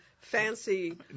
fancy